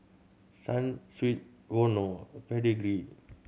Sunsweet Vono Pedigree